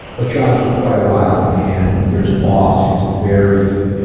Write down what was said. a job for quite a while and there's a boss who is very